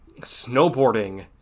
snowboarding